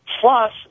plus